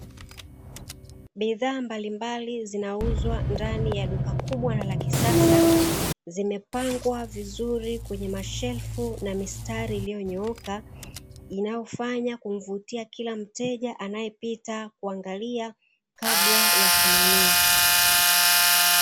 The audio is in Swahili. Bidhaa mbalimbali zinauzwa ndani ya duka kubwa na la kisasa, zimepangwa vizuri kwenye mashelfu na mistari iliyonyooka, inayofanya kumvutia kila mteja anayepita kuangalia kabla ya kununua.